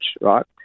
right